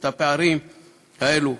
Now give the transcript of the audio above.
את הפערים האלה.